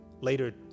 later